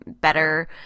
better